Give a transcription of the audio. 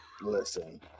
Listen